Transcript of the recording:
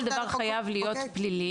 לא כל דבר חייב להיות פלילי.